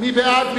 מי בעד?